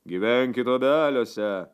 gyvenkit obeliuose